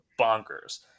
bonkers